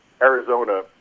Arizona